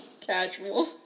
Casual